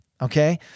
Okay